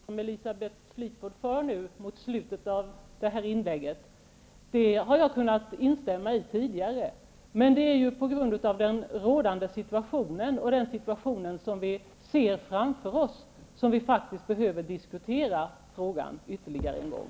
Herr talman! Just det argument som Elisabeth Fleetwood för fram i slutet av sitt inlägg har jag tidigare kunnat instämma i. Men det är på grund av den rådande och den kommande situationen som vi anser att frågan behöver diskuteras ytterligare en gång.